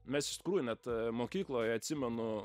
mes iš tikrųjų net mokykloj atsimenu